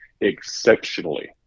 exceptionally